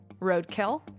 Roadkill